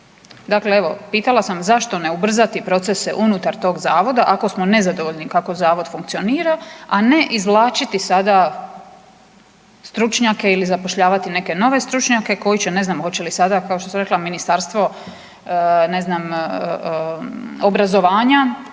Dakle evo pitala sam zašto ne ubrzati procese unutar toga Zavoda ako smo nezadovoljni kako Zavod funkcionira, a ne izvlačiti sada stručnjake ili zapošljavati neke nove stručnjake koji će ne znam hoće li sada kao što sam rekla Ministarstvo obrazovanja